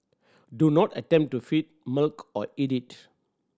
do not attempt to feed milk or eat it